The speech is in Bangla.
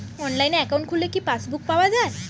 অনলাইনে একাউন্ট খুললে কি পাসবুক পাওয়া যায়?